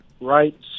Right